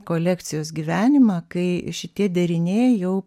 kolekcijos gyvenimą kai šitie deriniai jau